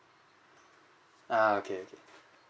err okay okay